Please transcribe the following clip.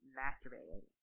masturbating